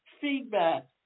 feedback